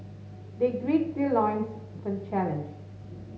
they gird their loins for the challenge